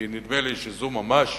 כי נדמה לי שזו ממש